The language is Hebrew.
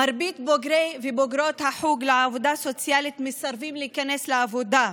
מרבית בוגרי ובוגרות החוג לעבודה סוציאלית מסרבים להיכנס לעבודה.